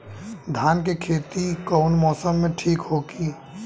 धान के खेती कौना मौसम में ठीक होकी?